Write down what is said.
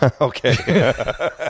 Okay